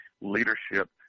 leadership